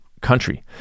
country